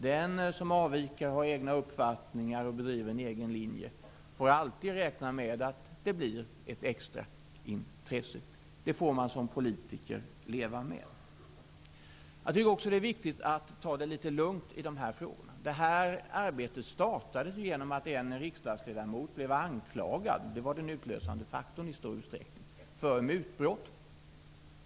Den som avviker, har egna uppfattningar och driver en egen linje får alltid räkna med att det blir ett extra intresse. Det får man som politiker leva med. För det andra är det viktigt att ta det litet lugnt i dessa frågor. Arbetet startade genom att en riksdagsledamot blev anklagad för mutbrott. Det var i stor utsträckning den utlösande faktorn.